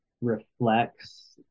Reflects